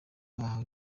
bahawe